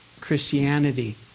Christianity